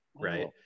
right